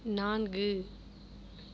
நான்கு